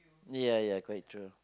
ya ya quite true